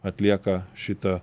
atlieka šitą